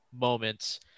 moments